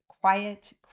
quiet